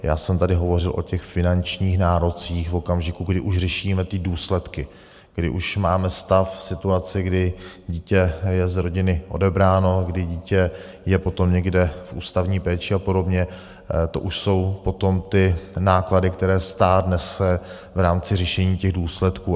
Já jsem tady hovořil o finančních nárocích v okamžiku, kdy už řešíme důsledky, kdy už máme stav, situaci, kdy dítě je z rodiny odebráno, kdy dítě je potom někde v ústavní péči a podobně, to už jsou potom náklady, které stát nese v rámci řešení těch důsledků.